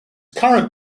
current